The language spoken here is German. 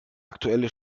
aktuelle